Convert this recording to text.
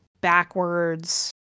backwards